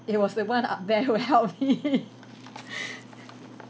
it was the one up there who helped me